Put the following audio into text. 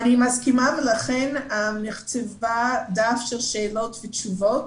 אני מסכימה ולכן נכתב דף שאלות ותשובות.